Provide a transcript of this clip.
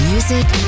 Music